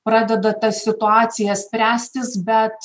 pradeda ta situacija spręstis bet